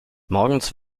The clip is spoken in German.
morgens